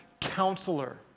counselor